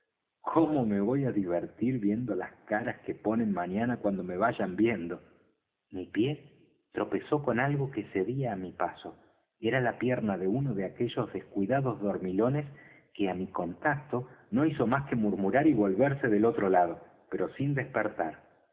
cómo me voy á divertir viendo las caras que ponen mañana cuando me vayan viendo mi pie tropezó con algo que cedía á mi paso era la pierna de uno de aquellos descuidados dormilones que á mi contacto no hizo más que murmurar y volverse del otro lado pero sin despertar